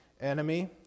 enemy